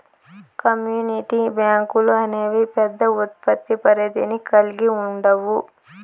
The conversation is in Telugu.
కమ్యూనిటీ బ్యాంకులు అనేవి పెద్ద ఉత్పత్తి పరిధిని కల్గి ఉండవు